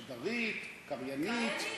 שדרית, קריינית.